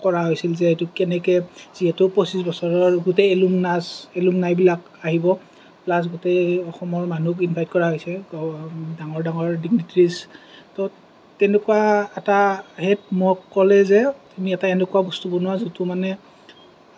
কৰা হৈছিল যে এইটো কেনেকৈ যিহেতু পঁচিছ বছৰ হ'ল গোটেই এলুমিনাচ এলোমিনাইবিলাক আহিব প্লাছ গোটেই অসমৰ মানুহ ইনভাইট কৰা হৈছে ডাঙৰ ডাঙৰ ত' তেনেকুৱা এটা সেৰিয়াত মোক ক'লে যে তুমি এটা এনেকুৱা বস্তু বনোৱা যিটো মানে